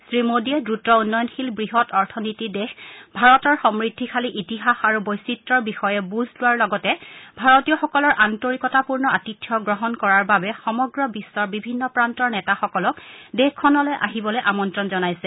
শ্ৰীমোডীয়ে দ্ৰত উন্নয়নশীল বৃহৎ অথনীতিৰ দেশ ভাৰতৰ সমূদ্ধিশালী ইতিহাস আৰু বৈচিত্ৰ্যৰ বিষয়ে বুজ লোৱাৰ লগতে ভাৰতীয়সকলৰ আন্তৰিকতাপূৰ্ণ আতিথ্য গ্ৰহণ কৰাৰ বাবে সমগ্ৰ বিশ্বৰ বিভিন্ন প্ৰান্তৰ নেতাসকলক দেশখনলৈ আহিবলৈ আমন্ত্ৰণ জনাইছে